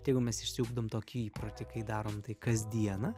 tai jeigu mes išsiugdom tokį įprotį kai darom tai kasdieną